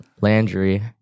Landry